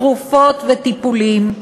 תרופות וטיפולים,